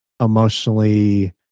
emotionally